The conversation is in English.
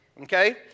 Okay